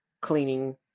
cleaning